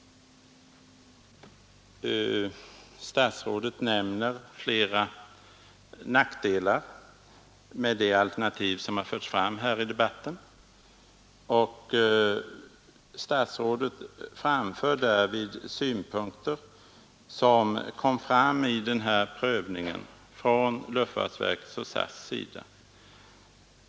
Statsrådet nämner flera nackdelar med det alternativ som har förts fram här i debatten och framför därvid synpunkter som anförts av luftfartsverket och SAS.